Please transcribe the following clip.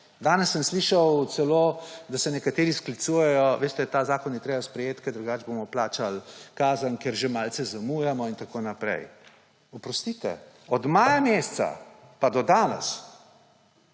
Danes sem slišal celo, da se nekateri sklicujejo – Veste, ta zakon je treba sprejeti, ker drugače bomo plačali kazen, ker že malce zamujamo in tako naprej. Oprostite, od maja meseca pa do danes